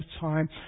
time